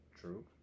True